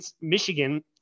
Michigan